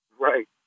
Right